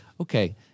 okay